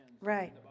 Right